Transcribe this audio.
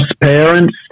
parents